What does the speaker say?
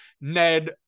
Ned